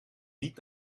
niet